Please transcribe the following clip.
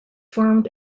formed